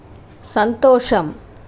సంతోషం